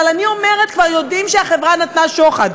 אבל אני אומרת: כבר יודעים שהחברה נתנה שוחד,